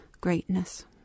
greatness